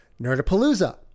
Nerdapalooza